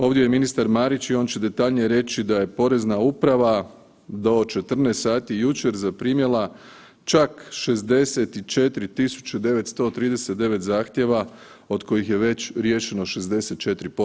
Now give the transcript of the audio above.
Ovdje je ministar Marić i on će detaljnije reći da je porezna uprava do 14 sati jučer zaprimila čak 64939 zahtjeva od kojih je već riješeno 64%